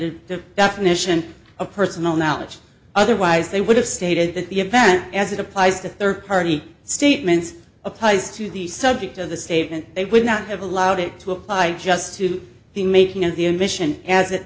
the definition of personal knowledge otherwise they would have stated that the event as it applies to third party statements applies to the subject of the state and they would not have allowed it to apply just suit the making of the invasion as it